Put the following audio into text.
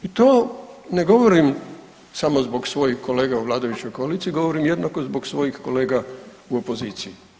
I to ne govorim samo zbog svojih kolega u vladajućih koaliciji, govorim jednako zbog svojih kolega u opoziciji.